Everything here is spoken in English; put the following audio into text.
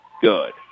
good